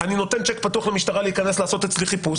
אני נותן צ'ק פתוח למשטרה להיכנס לעשות אצלי חיפוש,